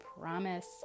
promise